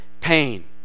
pain